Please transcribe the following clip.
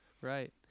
right